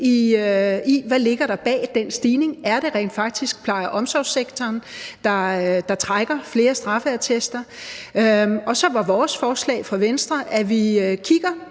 i, hvad der ligger bag den stigning, og om det rent faktisk er pleje- og omsorgssektoren, der trækker flere straffeattester. Og så var vores forslag, at vi kigger